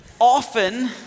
often